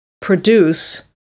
produce